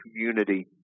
community